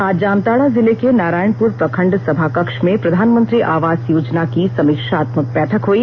आज जामताड़ा जिले के नारायणपुर प्रखंड सभाकक्ष में प्रधानमंत्री आवास योजना की समीक्षात्मक बैठक हुई